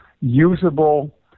usable